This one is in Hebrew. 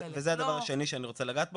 וזה הדבר השני שאני רוצה לגעת בו,